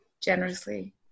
generously